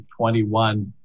21